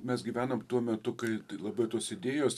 mes gyvenam tuo metu kai labai tos idėjos